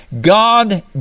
God